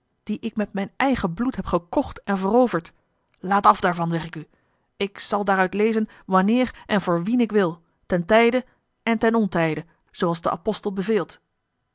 dien ik met mijn eigen bloed heb gekocht en veroverd laat af daarvan zeg ik u ik zal daaruit lezen wanneer en voor wien ik wil ten tijde en ten ontijde zooals de apostel beveelt